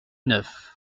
neuf